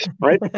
right